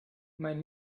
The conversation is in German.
mein